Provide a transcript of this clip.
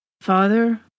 Father